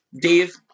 Dave